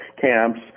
camps